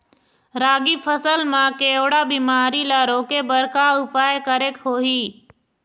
रागी फसल मा केवड़ा बीमारी ला रोके बर का उपाय करेक होही?